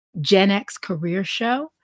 genxcareershow